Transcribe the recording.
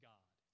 God